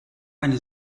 eine